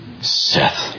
Seth